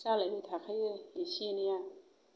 जालायबाय थाखायो इसे इनैया